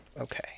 Okay